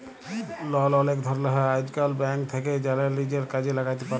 লল অলেক ধরলের হ্যয় আইজকাল, ব্যাংক থ্যাকে জ্যালে লিজের কাজে ল্যাগাতে পার